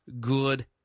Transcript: good